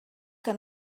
que